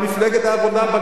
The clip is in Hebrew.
מה מפלגת העבודה?